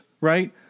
right